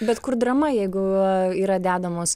bet kur drama jeigu yra dedamos